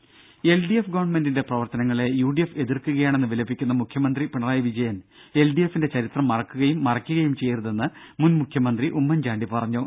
രുഭ L D F ഗവൺമെന്റിന്റെ പ്രവർത്തനങ്ങളെ യു ഡി എഫ് എതിർക്കുകയാണെന്ന് വിലപിക്കുന്ന മുഖ്യമന്ത്രി പിണറായി വിജയൻ എൽ ഡി എഫിന്റെ ചരിത്രം മറക്കുകയും മറയ്ക്കുകയും ചെയ്യരുതെന്ന് മുൻ മുഖ്യമന്ത്രി ഉമ്മൻചാണ്ടി പറഞ്ഞു